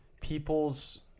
people's